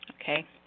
okay